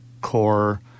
core